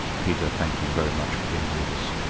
peter, thank you very much for being with us.